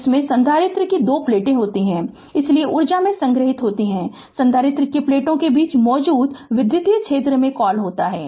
जिसमें संधारित्र की दो प्लेटें होती हैं इसलिए ऊर्जा में संग्रहीत होता है संधारित्र की प्लेटों के बीच मौजूद विद्युत क्षेत्र में क्या कॉल होता है